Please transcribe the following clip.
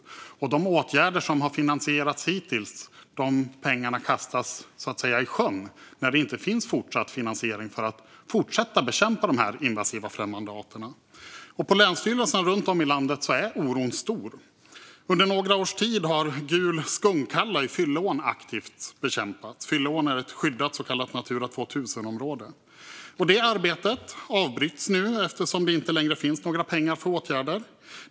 Pengarna för de åtgärder som hittills har finansierats kastas så att säga i sjön när det inte finns fortsatt finansiering för att fortsätta att bekämpa de invasiva främmande arterna. På länsstyrelserna runt om i landet är oron stor. Under några års tid har gul skunkkalla i Fylleån aktivt bekämpats. Fylleån är ett skyddat så kallat Natura 2000-område. Det arbetet avbryts nu eftersom det inte längre finns några pengar för åtgärder.